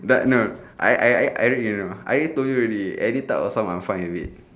that know I I I I read you know I already told you already any type of song I'm fine with it